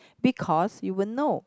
because you will know